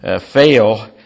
fail